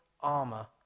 armor